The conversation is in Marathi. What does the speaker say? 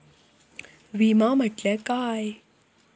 विमा म्हटल्या काय?